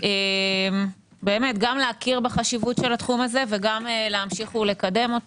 גם להכיר בחשיבות התחום הזה וגם להמשיך ולקדמו.